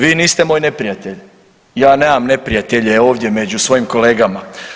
Vi niste moj neprijatelj, ja nemam neprijatelje ovdje među svojim kolegama.